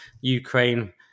Ukraine